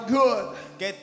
good